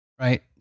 right